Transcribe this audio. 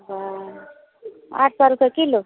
ओ आठ सए रुपे किलो